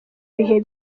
bihe